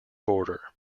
border